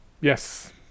yes